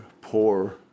poor